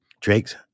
drake's